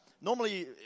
Normally